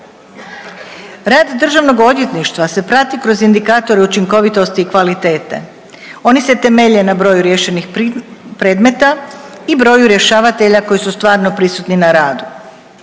Rad Državnog odvjetništva se prati kroz indikator učinkovitosti i kvalitete. Oni se temelje na broju riješenih predmeta i broju rješavatelja koji su stvarno prisutni na radu.